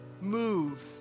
move